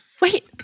wait